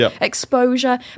exposure